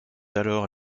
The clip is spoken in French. alors